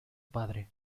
padre